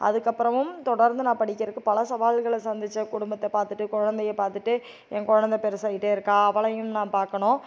அதுக்கப்புறமும் தொடர்ந்து நான் படிக்கிறதுக்கு பல சவால்களை சந்தித்தேன் குடும்பத்தை பார்த்துட்டு குலந்தைய பார்த்துட்டு என் குலந்த பெருசாயிட்டே இருக்கா அவளையும் நான் பார்க்கணும்